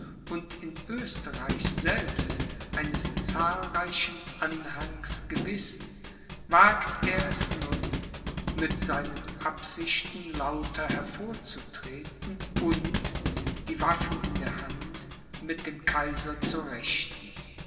und in oesterreich selbst eines zahlreichen anhangs gewiß wagt er es nun mit seinen absichten lauter hervorzutreten und die waffen in der hand mit dem kaiser zu rechten